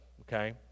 okay